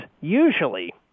usually